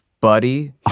buddy